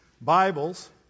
Bibles